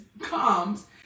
comes